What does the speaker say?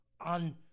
on